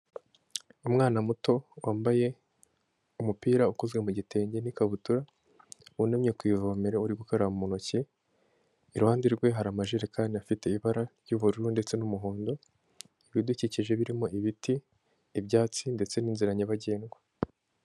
Umwana muto wambaye umupira ukozwe mu gitenge n'ikabutura wunamye ku ivomere uri gukaraba mu ntoki, iruhande rwe hari amajerekani afite ibara ry'ubururu ndetse n'umuhondo, ibidukikije birimo ibiti, ibyatsi ndetse n'inzira nyabagendwa.